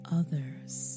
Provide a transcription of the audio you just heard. others